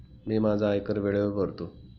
मी माझा आयकर वेळेवर भरतो